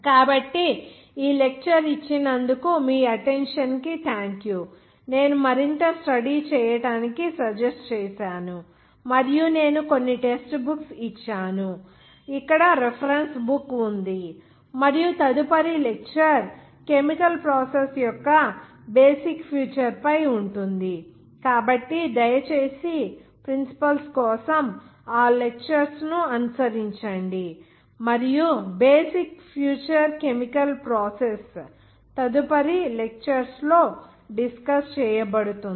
కాబట్టి ఈ లెక్చర్ ఇచ్చినందుకు మీ అటెంషన్ కి థాంక్యు నేను మరింత స్టడీ చేయటానికి సజెస్ట్ చేశాను మరియు నేను కొన్ని టెక్స్ట్ బుక్స్ ఇచ్చాను ఇక్కడ రిఫరెన్స్ బుక్ ఉంది మరియు తదుపరి లెక్చర్ కెమికల్ ప్రాసెస్ యొక్క బేసిక్ ఫ్యూచర్ పై ఉంటుంది కాబట్టి దయచేసి ప్రిన్సిపుల్స్ కోసం ఆ లెక్చర్స్ ను అనుసరించండి మరియు బేసిక్ ఫ్యూచర్ కెమికల్ ప్రాసెస్ తదుపరి లెక్చర్స్ లో డిస్కస్ చేయబడుతుంది